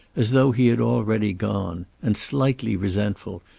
as though he had already gone, and slightly resentful,